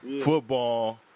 Football